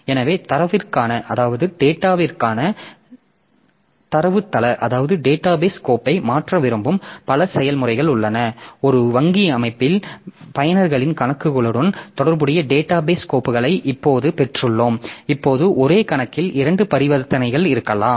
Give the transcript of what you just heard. எனவே டேட்டா பேஸ்கோப்பை மாற்ற விரும்பும் பல செயல்முறைகள் உள்ளன ஒரு வங்கி அமைப்பில் பயனர்களின் கணக்குகளுடன் தொடர்புடைய டேட்டா பேஸ் கோப்புகளை இப்போது பெற்றுள்ளோம் இப்போது ஒரே கணக்கில் இரண்டு பரிவர்த்தனைகள் இருக்கலாம்